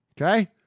Okay